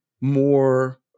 more